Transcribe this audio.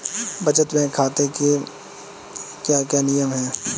बचत बैंक खाते के क्या क्या नियम हैं?